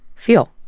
feel.